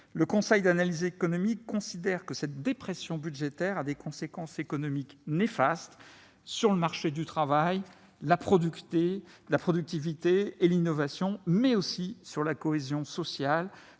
Le Conseil d'analyse économique considère que cette dépression budgétaire a des conséquences économiques néfastes sur le marché du travail, la productivité et l'innovation, mais aussi sur la cohésion sociale,